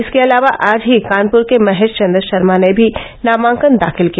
इसके अलावा आज ही कानपुर के महेश चन्द्र शर्मा ने भी नामांकन दाखिल किया